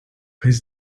his